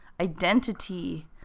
identity